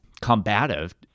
combative